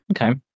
okay